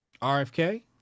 RFK